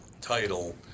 title